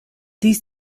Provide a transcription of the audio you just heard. dies